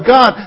God